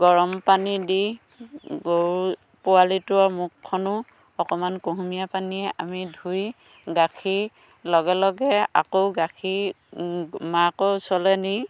গৰম পানী দি গৰু পোৱালিটোৰ মুখখনো অকমান কুহুমীয়া পানীৰে আমি ধুই গাখীৰ লগে লগে আকৌ গাখীৰ মাকৰ ওচৰলে নি